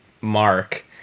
Mark